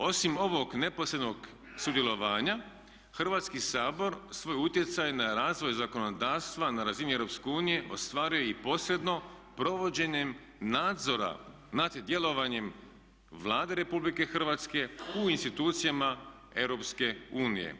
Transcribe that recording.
Osim ovog neposrednog sudjelovanja Hrvatski sabor svoj utjecaj na razvoj zakonodavstva na razini EU ostvaruje i posredno provođenjem nadzora nad djelovanjem Vlade Republike Hrvatske u institucijama EU.